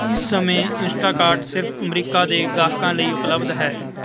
ਇਸ ਸਮੇਂ ਇੰਸਟਾਕਾਟ ਸਿਰਫ ਅਮਰੀਕਾ ਦੇ ਗਾਹਕਾਂ ਲਈ ਉਪਲਬਧ ਹੈ